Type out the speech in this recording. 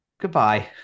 Goodbye